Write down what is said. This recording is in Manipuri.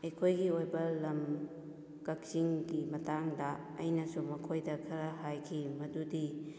ꯑꯩꯈꯣꯏꯒꯤ ꯑꯣꯏꯕ ꯂꯝ ꯀꯛꯆꯤꯡꯒꯤ ꯃꯇꯥꯡꯗ ꯑꯩꯅꯁꯨ ꯃꯈꯣꯏꯗ ꯈꯔ ꯍꯥꯏꯈꯤ ꯃꯗꯨꯗꯤ